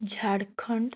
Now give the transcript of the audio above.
Jharkhand